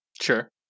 sure